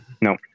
No